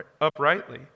uprightly